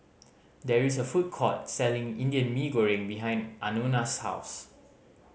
there is a food court selling Indian Mee Goreng behind Anona's house